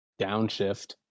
downshift